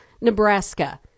Nebraska